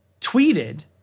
tweeted